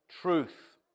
truth